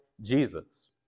Jesus